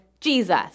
Jesus